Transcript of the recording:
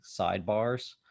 sidebars